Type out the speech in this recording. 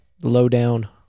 lowdown